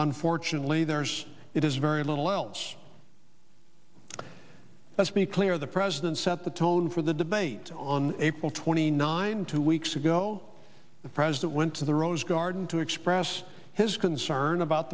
unfortunately there's it has very little else let's be clear the president set the tone for the debate on april twenty ninth two weeks ago the president went to the rose garden to express his concern about